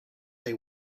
they